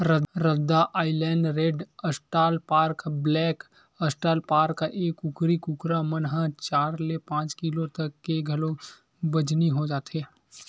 रद्दा Island red, australorp, black australorp, ए कुकरी कुकरा मन ह चार ले पांच किलो तक के घलोक बजनी हो जाथे